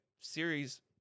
series